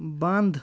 بنٛد